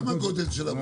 מה הגודל של המכונה?